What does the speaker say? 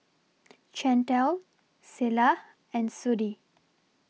Chantel Selah and Sudie